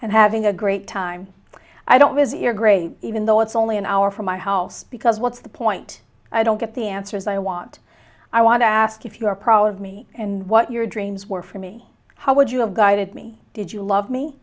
and having a great time i don't visit your grave even though it's only an hour from my house because what's the point i don't get the answers i want i want to ask if you are proud of me and what your dreams were for me how would you have guided me did you love me